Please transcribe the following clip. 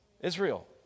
Israel